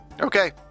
Okay